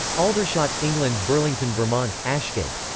aldershot, england burlington, vermont ashgate.